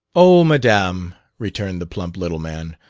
oh, madame, returned the plump little man,